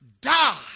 die